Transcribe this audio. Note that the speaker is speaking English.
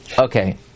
Okay